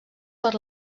per